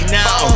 now